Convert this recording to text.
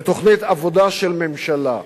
לתוכנית עבודה של ממשלה,